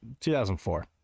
2004